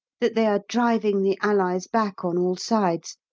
that they are driving the allies back on all sides,